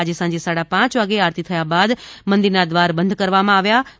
આજે સાંજે સાડા પાય વાગ્યે આરતી થયા બાદ મંદિરના દ્વાર બંધ કરવામાં આવ્યા છએ